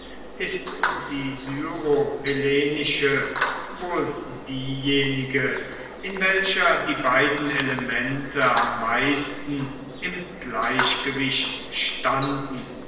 ist die syrohellenische wohl diejenige in welcher die beiden elemente am meisten im gleichgewicht standen